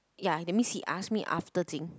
ya that's mean he ask me after